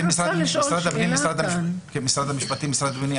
משרד המשפטים ומשרד הפנים,